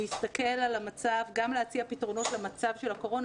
להסתכל על המצב וגם להציע פתרונות למצב של הקורונה